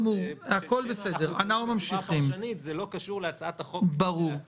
מבחינה פרשנית זה לא קשור להצעת החוק בפני עצמה.